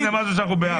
הינה משהו שאנחנו בעד.